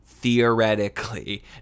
theoretically